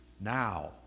Now